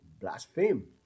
blaspheme